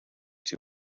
too